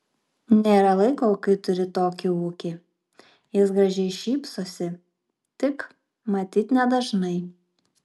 nėra laiko kai turi tokį ūkį jis gražiai šypsosi tik matyt nedažnai